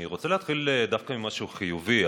אני רוצה להתחיל דווקא במשהו חיובי.